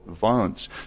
violence